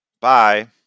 Bye